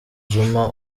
zuma